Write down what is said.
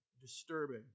disturbing